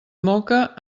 moca